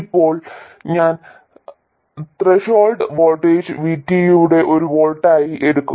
ഇപ്പോൾ ഞാൻ threshold voltage VT ഒരു വോൾട്ടായി എടുക്കും